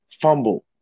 fumble